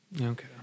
Okay